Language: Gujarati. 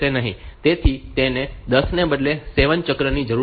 તેથી તેને 10 ને બદલે 7 ચક્રની જરૂર પડશે